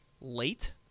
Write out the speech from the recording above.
Late